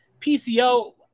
PCO